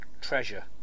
treasure